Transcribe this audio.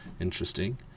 Interesting